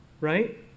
right